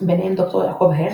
ביניהם ד"ר יעקב הכט,